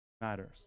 matters